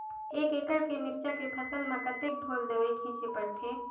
एक एकड़ के मिरचा के फसल म कतेक ढोल दवई छीचे पड़थे?